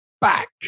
back